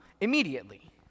immediately